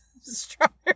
Strawberry